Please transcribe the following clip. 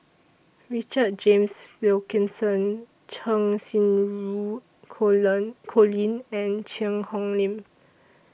Richard James Wilkinson Cheng Xinru Colin and Cheang Hong Lim